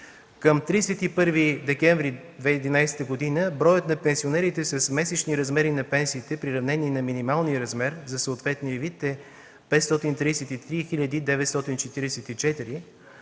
Към 31 декември 2011 г. броят на пенсионерите с месечни размери на пенсиите, приравнени на минималния размер за съответния вид е 533 944,